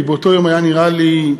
כי באותו יום היה נראה לי,